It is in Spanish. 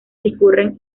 discurren